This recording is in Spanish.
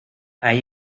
ahí